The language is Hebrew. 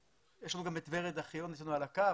יש לנו גם את ורד אחירון אצלנו על הקו,